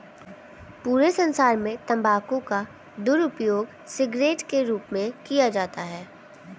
पूरे संसार में तम्बाकू का दुरूपयोग सिगरेट के रूप में किया जाता है